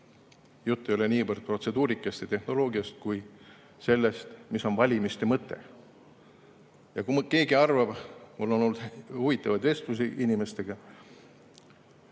Jutt ei ole niivõrd protseduurikast, tehnoloogiast, vaid sellest, mis on valimiste mõte. Kui keegi arvab nii – mul on olnud huvitavaid vestlusi inimestega